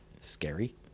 Scary